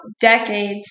decades